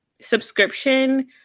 subscription